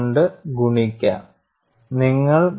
അതിനാൽ ക്രാക്ക് ടിപ്പിൽ നിങ്ങൾക്ക് സിഗ്മ xx 0 ആണ്